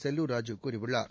செல்லூர் ராஜூ கூறியுள்ளார்